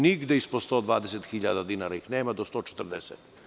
Nigde ispod 120 hiljada dinara ih nema, do 140.